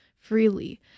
freely